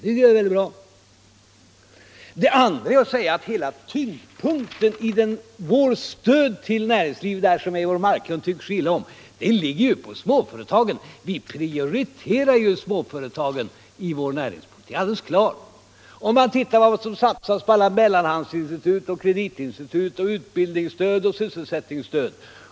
För det andra ligger hela tyngdpunkten i vårt stöd till näringslivet —- som Eivor Marklund tycker så illa om — på småföretagen. Vi prioriterar ju småföretagen i vår näringspolitik — det är alldeles klart. Vi vet vad som satsas på alla mellanhandsinstitut och kreditinstitut, på utbildningsstöd och sysselsättningsstöd.